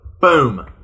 Boom